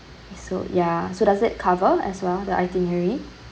so ya so does it cover as well the itinerary